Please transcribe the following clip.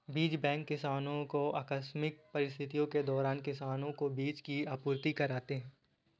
बीज बैंक किसानो को आकस्मिक परिस्थितियों के दौरान किसानो को बीज की आपूर्ति कराते है